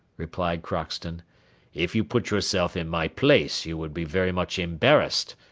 replied crockston if you put yourself in my place you would be very much embarrassed,